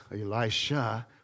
Elisha